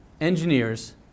engineers